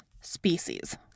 species